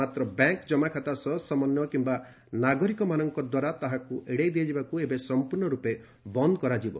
ମାତ୍ର ବ୍ୟାଙ୍କ୍ ଜମାଖାତା ସହ ସମନ୍ୱୟ କିମ୍ବା ନାଗରିକମାନଙ୍କ ଦ୍ୱାରା ତାହାକୁ ଏଡ଼ାଇ ଦିଆଯିବାକୁ ଏବେ ସମ୍ପର୍ଣ୍ଣ ରୂପେ ବନ୍ଦ କରାଯିବ